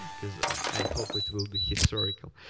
because i hope it will be historical.